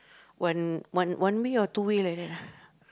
one one one way or two way like that